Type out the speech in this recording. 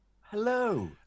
Hello